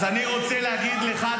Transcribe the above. אז אני רוצה להגיד לך,